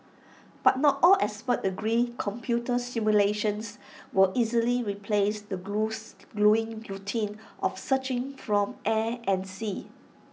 but not all experts agree computer simulations will easily replace the gruelling routine of searching from air and sea